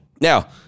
now